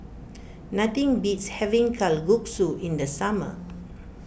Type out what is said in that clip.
nothing beats having Kalguksu in the summer